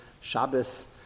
Shabbos